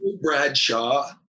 Bradshaw